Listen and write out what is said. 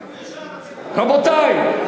רבותי,